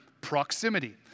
proximity